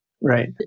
Right